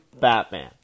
Batman